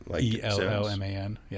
E-L-L-M-A-N